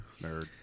Nerd